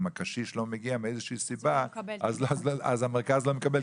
אם הקשיש לא מגיע מאיזושהי סיבה אז המרכז לא מקבל,